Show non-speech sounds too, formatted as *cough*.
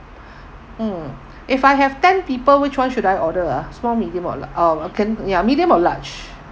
*breath* mm if I have ten people which [one] should I order ah small medium or lar~ uh ten ya medium or large